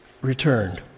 returned